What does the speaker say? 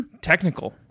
Technical